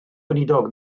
weinidog